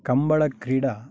कम्बळक्रीडा